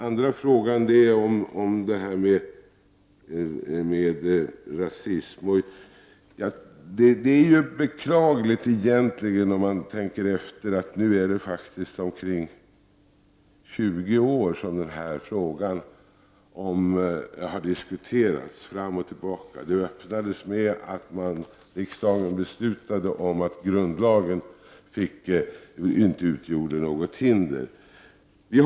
Så till frågan om rasism. Det är ju beklagligt att det nu faktiskt är omkring 20 år som den frågan har diskuterats fram och tillbaka. Det öppnade med att riksdagen beslutade om att grundlagen inte utgjorde något hinder.